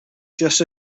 just